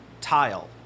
tile